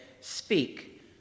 Speak